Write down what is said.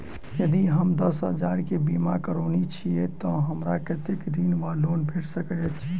यदि हम दस हजार केँ बीमा करौने छीयै तऽ हमरा कत्तेक ऋण वा लोन भेट सकैत अछि?